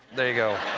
there you go.